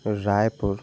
Raipur